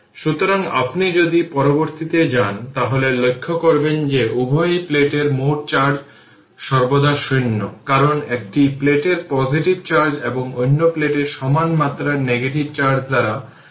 সুতরাং যদি গ্রাফ এর দিকে তাকান যে qt এটি হল q t y এক্সিস এবং এটি t মাইক্রোসেকেন্ড কিন্তু এই মাইক্রো কুলম্ব একই থাকবে শুধুমাত্র জিনিসটি হল ইউনিট পরিবর্তন হবে কারণ v t c 1 micro farad এটির যদি অন্য কিছু ভ্যালু থাকে তবে এই 10 এটি 10 হওয়া উচিত নয় এটি অন্য কিছু হওয়া উচিত